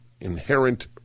inherent